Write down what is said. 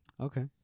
Okay